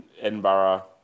Edinburgh